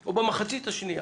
או במחצית השנייה.